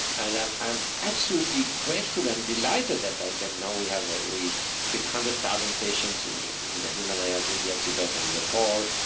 and i'm i'm absolutely grateful and delighted that i can. now we have ah we treat one hundred thousand patients in the in the himalayas, india, tibet, and nepal.